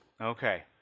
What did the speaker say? Okay